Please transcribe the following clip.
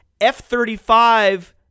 F-35